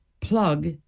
plug